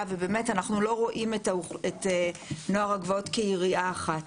ובאמת אנחנו לא רואים את נוער הגבעות כיריעה אחת.